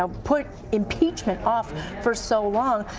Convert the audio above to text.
ah put impeachment off for so long,